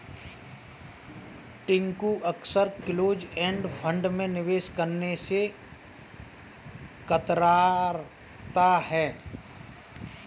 टिंकू अक्सर close end fund में निवेश करने से कतराता है